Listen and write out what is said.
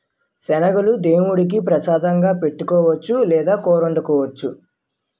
శనగలను దేముడికి ప్రసాదంగా పెట్టొచ్చు లేదా కూరొండుకోవచ్చు